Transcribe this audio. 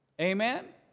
Amen